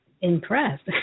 impressed